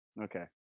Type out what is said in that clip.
Okay